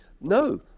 No